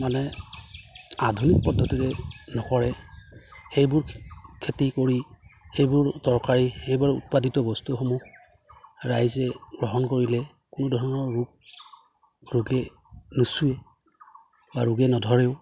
মানে আধুনিক পদ্ধতিৰে নকৰে সেইবোৰ খ খেতি কৰি সেইবোৰ তৰকাৰী সেইবোৰ উৎপাদিত বস্তুসমূহ ৰাইজে গ্ৰহণ কৰিলে কোনো ধৰণৰ ৰোগ ৰোগে নোচোৱে বা ৰোগে নধৰেও